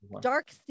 dark